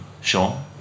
Sean